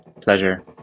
Pleasure